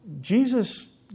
Jesus